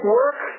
work